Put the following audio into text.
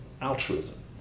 altruism